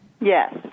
Yes